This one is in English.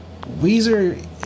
Weezer